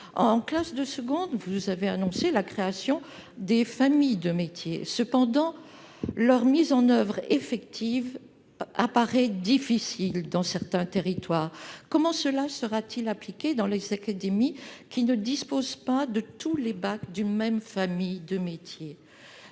En classe de seconde, vous avez annoncé la création des « familles de métiers ». Leur mise en oeuvre effective apparaît toutefois difficile dans certains territoires. Comment cette mesure sera-t-elle appliquée dans les académies qui ne disposent pas de tous les bacs d'une même famille de métiers ?